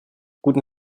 guten